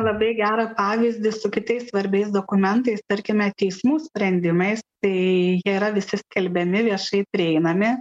labai gerą pavyzdį su kitais svarbiais dokumentais tarkime teismų sprendimais tai jie yra visi skelbiami viešai prieinami